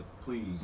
Please